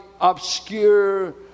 obscure